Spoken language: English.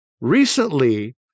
recently